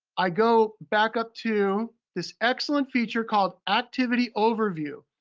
i go back up to this excellent feature called activity overview.